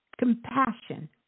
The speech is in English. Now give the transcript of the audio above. Compassion